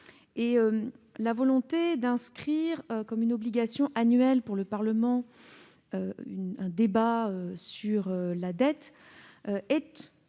la volonté d'inscrire une obligation annuelle pour le Parlement de débattre sur la dette